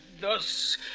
Thus